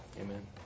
Amen